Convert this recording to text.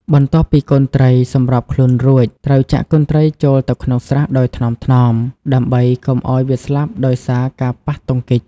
បន្ទាប់ពីកូនត្រីសម្របខ្លួនរួច ត្រូវចាក់កូនត្រីចូលទៅក្នុងស្រះដោយថ្នមៗ ដើម្បីកុំឲ្យវាស្លាប់ដោយសារការប៉ះទង្គិច។